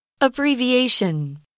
Abbreviation